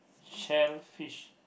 shellfish